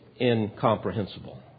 incomprehensible